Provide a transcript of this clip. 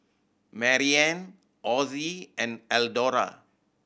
Marianna Osie and Eldora